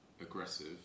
aggressive